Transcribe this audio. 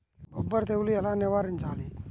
బొబ్బర తెగులు ఎలా నివారించాలి?